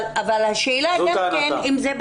זאת ההנחה.